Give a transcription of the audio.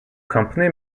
company